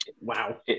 Wow